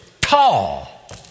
tall